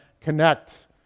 connect